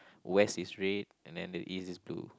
west is red and then the east is blue